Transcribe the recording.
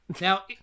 Now